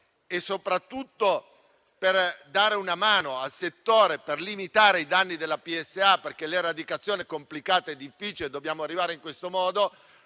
e soprattutto per dare una mano al settore e limitare i danni della PSA perché l'eradicazione è complicata e difficile e dobbiamo arrivarci in questo modo,